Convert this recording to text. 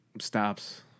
stops